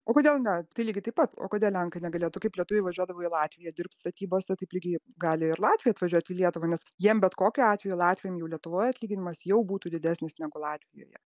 o kodėl ne tai lygiai taip pat o kodėl lenkai negalėtų kaip lietuviai važiuodavo į latviją dirbt statybose taip lygiai gali ir latviai atvažiuot į lietuvą nes jiem bet kokiu atveju latviam jau lietuvoje atlyginimas jau būtų didesnis negu latvijoje